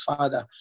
Father